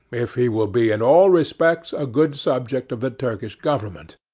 if he will be in all respects a good subject of the turkish government.